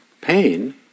pain